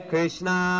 Krishna